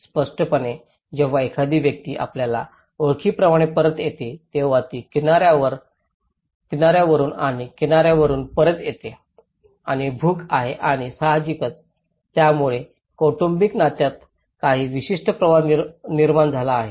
स्पष्टपणे जेव्हा एखादी व्यक्ती आपल्या ओळखीप्रमाणे परत येते तेव्हा ती किनाऱ्यावरुन आणि किनाऱ्यावरुन परत येते आणि भूक आहे आणि साहजिकच यामुळे कौटुंबिक नात्यात काही विशिष्ट प्रभाव निर्माण झाला आहे